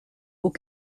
aux